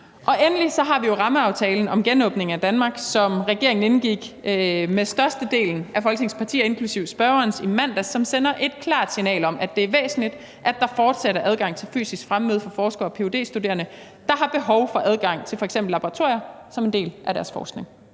Endelig har vi jo rammeaftalen om genåbning af Danmark, som regeringen indgik med størstedelen af Folketingets partier, inklusive spørgerens, i mandags, som sender et klart signal om, at det er væsentligt, at der fortsat er adgang til fysisk fremmøde for forskere og ph.d.-studerende, der har behov for adgang til f.eks. laboratorier som en del af deres forskning.